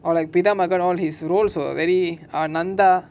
or like Pithamagan makan all his roles were very ah nantha